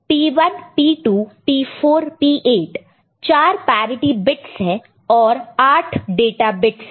P1 P2 P4 P8 4 parity bits है और 8 data bits है